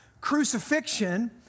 crucifixion